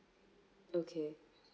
okay